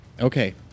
Okay